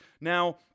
Now